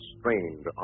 strained